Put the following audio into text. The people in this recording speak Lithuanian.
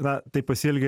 na taip pasielgė